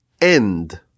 end